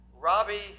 Robbie